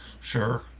sure